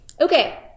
Okay